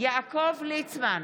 יעקב ליצמן,